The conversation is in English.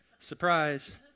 surprise